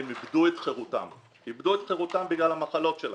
הם איבדו את חירותם בגלל המחלות שלהם.